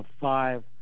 five